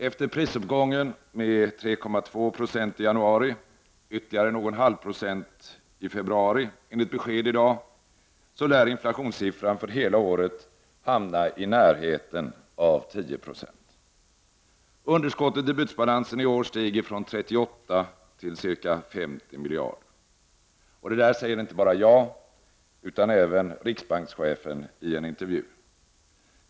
Efter prisuppgången med 3,2 26 i januari, och enligt besked i dag ytterligare någon halv procent i februari, lär inflationssiffran för hela året hamna i närheten av 10 96. Underskottet i bytesbalansen i är stiger från 38 miljarder till ca 50 miljarder. Detta säger inte bara jag, utan det säger även riksbankschefen i en intervju.